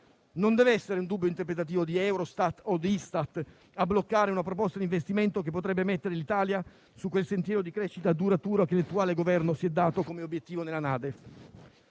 Non deve essere un dubbio interpretativo di Eurostat o Istat a bloccare una proposta d'investimento che potrebbe mettere l'Italia su quel sentiero di crescita duratura che l'attuale Governo si è dato come obiettivo nella NADEF.